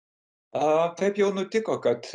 a taip jau nutiko kad